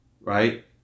Right